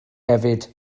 hefyd